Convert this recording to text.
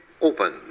open